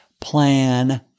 Plan